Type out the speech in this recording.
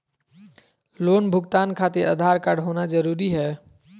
Loan भुगतान खातिर Aadhaar card होना जरूरी है?